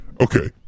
okay